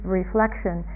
reflection